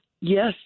Yes